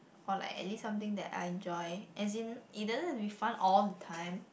or like at least something that I enjoy as in it doesn't have to be fun all the time